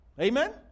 Amen